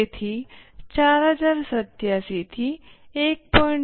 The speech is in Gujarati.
તેથી 4087 થી 1